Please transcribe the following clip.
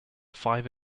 five